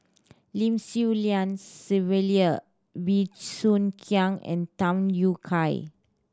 Lim Swee Lian Sylvia Bey Soo Khiang and Tham Yui Kai